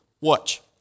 Watch